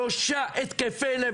שלושה התקפי לב,